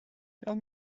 tell